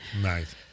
nice